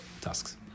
tasks